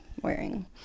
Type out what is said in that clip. wearing